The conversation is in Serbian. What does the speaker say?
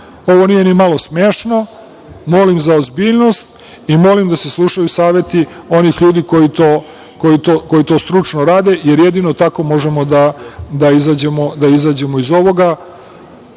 ovo nije ni malo smešno, molim za ozbiljnost i molim da se slušaju saveti onih ljudi koji to stručno rade, jer jedino tako možemo da izađemo iz ovoga. Ova